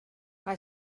mae